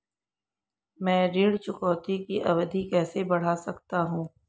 मैं ऋण चुकौती की अवधि कैसे बढ़ा सकता हूं?